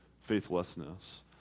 faithlessness